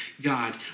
God